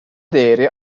değeri